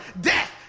death